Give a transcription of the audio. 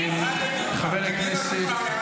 ירדתי כבר.